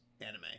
anime